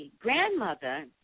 grandmother